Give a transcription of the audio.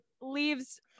leaves